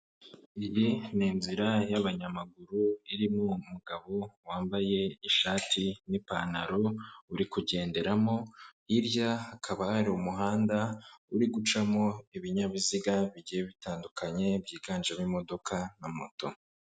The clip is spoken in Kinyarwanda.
Iyi ni inzira y'abanyamaguru irimo umugabo wambaye ishati n'ipantaro uri kugenderamo, hirya hakaba hari umuhanda uri gucamo ibinyabiziga bigiye bitandukanye byiganjemo imodoka na moto.